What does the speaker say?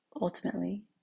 ultimately